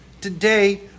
Today